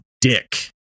dick